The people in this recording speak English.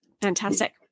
Fantastic